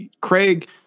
Craig